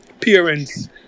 parents